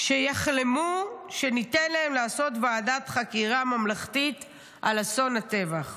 "שיחלמו שניתן להם לעשות ועדת חקירה ממלכתית על אסון הטבח".